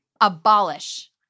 Abolish